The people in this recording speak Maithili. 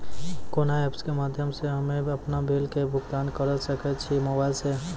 कोना ऐप्स के माध्यम से हम्मे अपन बिल के भुगतान करऽ सके छी मोबाइल से?